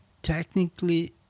technically